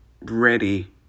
ready